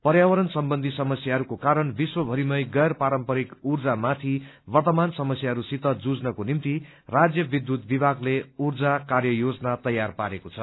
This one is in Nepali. पर्यावरण सम्बन्ची समस्याहरूको कारण विश्व भरिमै गैर पारम्परिक ऊर्जा माथि वर्तमान समस्याहरूसित जुझ्नको निमित राज विषुत विभागले ऊर्जा कार्य योजना तैयार पारेको छ